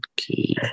Okay